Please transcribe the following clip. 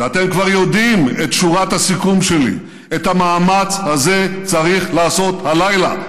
ואתם כבר יודעים את שורת הסיכום שלי: את המאמץ הזה צריך לעשות הלילה,